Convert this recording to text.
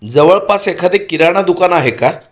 जवळपास एखादे किराणा दुकान आहे का